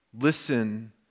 listen